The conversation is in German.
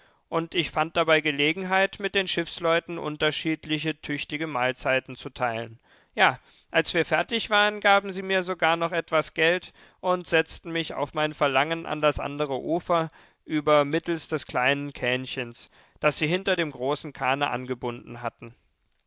und ich fand dabei gelegenheit mit den schiffsleuten unterschiedliche tüchtige mahlzeiten zu teilen ja als wir fertig waren gaben sie mir sogar noch etwas geld und setzten mich auf mein verlangen an das andere ufer über mittelst des kleinen kähnchens das sie hinter dem großen kahne angebunden hatten